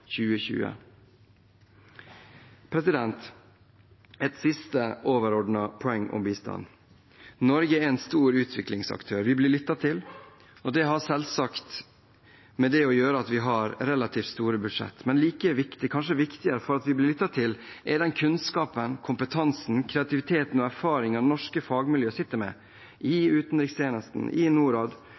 Et siste overordnet poeng om bistand: Norge er en stor utviklingsaktør. Vi blir lyttet til. Det har selvsagt med det å gjøre at vi har relativt store budsjetter. Men like viktig – kanskje viktigere – for at vi blir lyttet til, er den kunnskap, kompetanse, kreativitet og erfaring norske fagmiljøer sitter med – i utenrikstjenesten, i Norad,